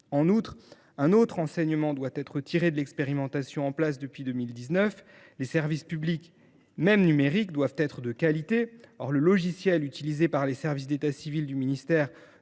négligées. Un autre enseignement doit être tiré de l’expérimentation en place depuis 2019 : les services publics, même numériques, doivent être de qualité. Or le logiciel utilisé par les services d’état civil du MEAE